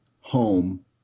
home